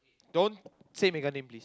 don't say that guy name please